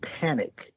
panic